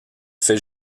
fait